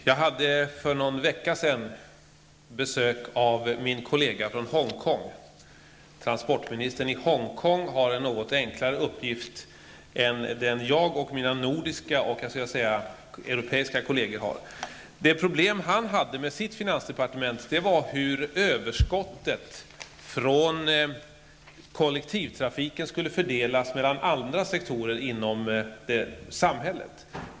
Herr talman! För någon vecka sedan hade jag besök av min kollega från Hongkong. Transportministern där har en något enklare uppgift än jag och mina nordiska -- jag skulle också vilja säga europeiska -- kollegor har. Det problem som transportministern i Hongkong hade när det gällde finansdepartementet handlade om hur överskottet från kollektivtrafiken skulle fördelas mellan andra sektorer i samhället.